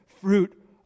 fruit